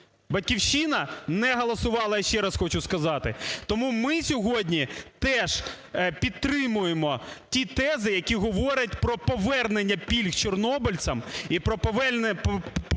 "Батьківщина" не голосувала, я ще раз хочу сказати. Тому ми сьогодні теж підтримуємо ті тези, які говорять про повернення пільг чорнобильцям і про повернення пільг